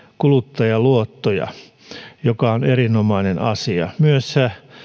kuluttajaluottoja mikä on erinomainen asia myös